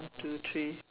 one two three